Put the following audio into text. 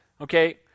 Okay